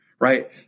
right